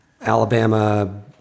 Alabama